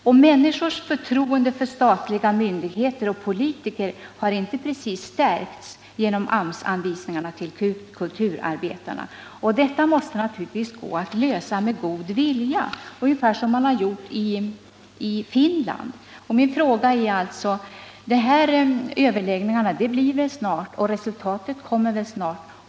Och människors förtroende för statliga myndigheter och politiker har inte precis stärkts genom AMS anvisningar för kulturarbetarna. Den här frågan måste naturligtvis gå att lösa med litet god vilja — ungefär som man gjort i Finland. Min fråga är alltså: Överläggningarna kommer väl snart? Och resultaten kommer väl också snart?